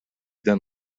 then